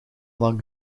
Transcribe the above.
lang